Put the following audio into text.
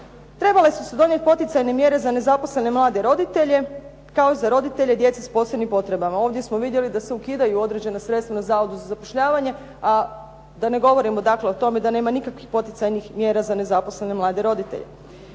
Trebale su se donijeti poticanje mjere za nezaposlene mlade roditelje kao i za roditelje djece sa posebnim potrebama. Ovdje smo vidjeli da se ukidaju određena sredstva na Zavodu za zapošljavanje, a da ne govorimo o tome da nema nikakvih poticajnih mjera za nezaposlene mlade roditelje.